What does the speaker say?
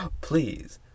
Please